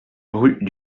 rue